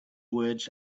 words